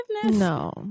no